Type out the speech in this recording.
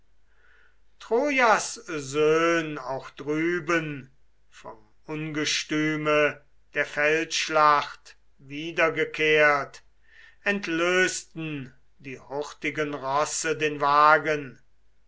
trojas söhn auch drüben vom ungestüme der feldschlacht wiedergekehrt entlösten die hurtigen rosse den wagen